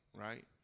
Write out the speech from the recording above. right